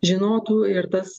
žinotų ir tas